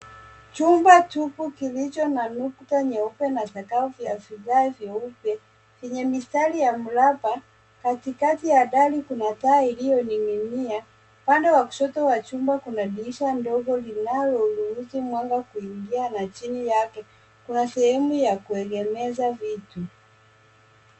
Chumba tupu kilicho na nukta nyeupe na sakafu ya vigae vyeupe vyenye mistari ya mraba. Katikati ya dari kuna taa iliyoning'inia. Upande wa kushoto wa chumba kuna dirisha ndogo linalodhibiti mwanga kuingia na chini yake kuna sehemu ya kuegemeza vitu.